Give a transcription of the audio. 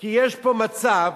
כי יש פה מצב